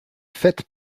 faites